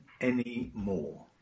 anymore